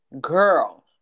Girl